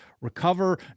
recover